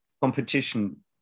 competition